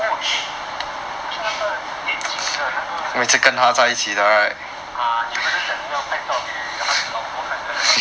oh is it 是不是那个年轻的那个跟你 ah 你不是讲你要拍照给孩子老婆看